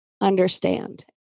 understand